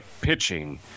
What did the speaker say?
pitching